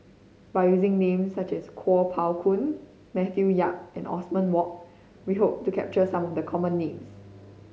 by using names such as Kuo Pao Kun Matthew Yap and Othman Wok we hope to capture some of the common names